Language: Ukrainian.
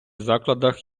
закладах